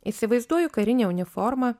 įsivaizduoju karinę uniformą